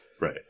right